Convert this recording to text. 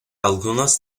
algunos